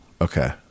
Okay